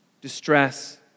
distress